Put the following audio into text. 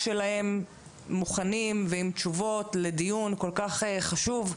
שלהם מוכנים ועם תשובות לדיון כל כך חשוב,